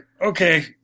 okay